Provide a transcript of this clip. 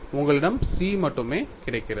உங்களிடம் chi மட்டுமே கிடைக்கிறது